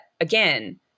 again